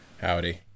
Howdy